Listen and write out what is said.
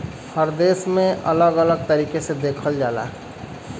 हर देश में अलग अलग तरीके से देखल जाला